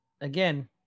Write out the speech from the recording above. again